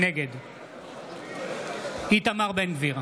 נגד איתמר בן גביר,